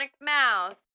mouse